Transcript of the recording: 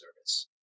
service